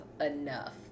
enough